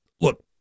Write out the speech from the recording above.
look